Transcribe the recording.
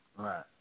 right